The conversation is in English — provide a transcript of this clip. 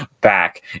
back